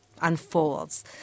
unfolds